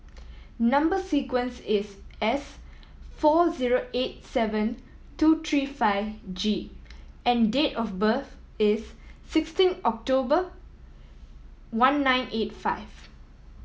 number sequence is S four zero eight seven two three five G and date of birth is sixteen October one nine eight five